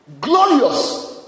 Glorious